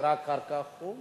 מה שנקרא "קרקע חום"?